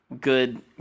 good